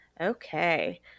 Okay